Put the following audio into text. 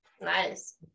Nice